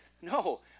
No